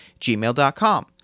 gmail.com